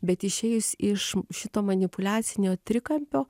bet išėjus iš šito manipuliacinio trikampio